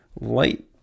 light